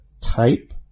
type